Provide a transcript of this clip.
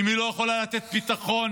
אם היא לא יכולה לתת ביטחון.